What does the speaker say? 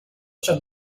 schon